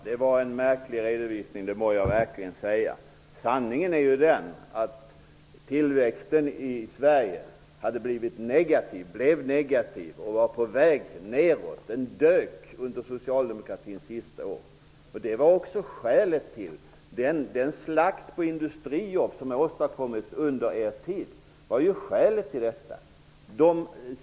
Herr talman! Det var en märklig redovisning; det må jag säga! Sanningen är att tillväxten i Sverige blev negativ och dök under socialdemokratins sista år. Det var också skälet till den slakt på industrijobb som åstadkoms under er tid.